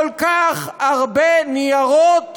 כל כך הרבה ניירות